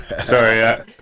sorry